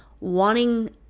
wanting